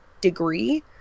degree